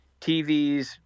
TVs